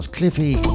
Cliffy